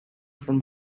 from